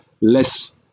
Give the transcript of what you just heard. less